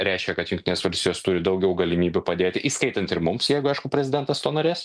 reiškia kad jungtinės valstijos turi daugiau galimybių padėti įskaitant ir mums jeigu aišku prezidentas to norės